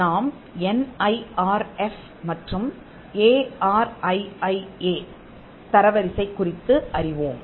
நாம் N I R F மற்றும் A R I I A தரவரிசை குறித்து அறிவோம்